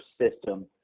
system